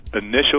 initial